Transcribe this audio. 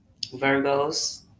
Virgos